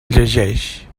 llegeix